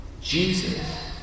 Jesus